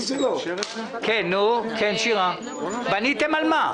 כן, שירה, בניתם על מה?